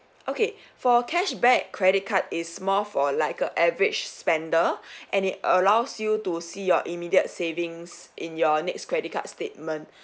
okay for cashback credit card is more for like a average spender and it allows you to see your immediate savings in your next credit card statement